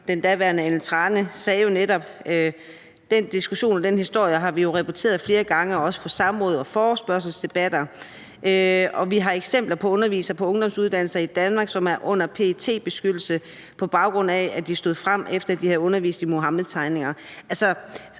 ordfører, Ellen Trane Nørby, netop, at den diskussion og den historie har vi repeteret flere gange, også i samråd og forespørgselsdebatter. Og vi har eksempler på undervisere på ungdomsuddannelser i Danmark, som er under PET-beskyttelse, på baggrund af at de stod frem, efter at de havde undervist i Muhammedtegningerne.